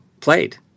played